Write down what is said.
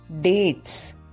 Dates